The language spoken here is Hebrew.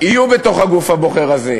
יהיו בגוף הבוחר הזה,